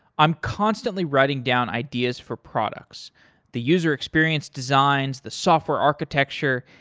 i'm constantly writing down ideas for products the user experience designs, the software architecture,